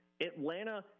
Atlanta